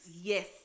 yes